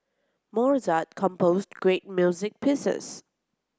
Mozart composed great music pieces